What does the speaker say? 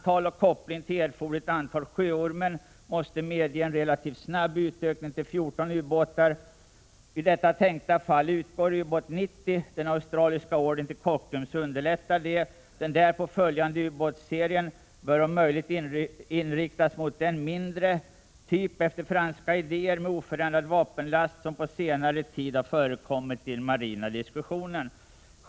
Koppling till erforderligt antal Sjöormen måste medge en relativt snabb utökning till 14 ubåtar. I detta tänkta fall utgår ubåt 90. Den australiska ordern till Kockums underlättar detta. Den därpå följande ubåtsserien bör om möjligt inriktas mot den — efter franska idéer — mindre typ med oförändrad vapenlast som på senare tid har förekommit i den marina diskussionen.